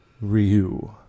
Ryu